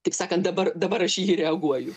taip sakant dabar dabar aš į jį reaguoju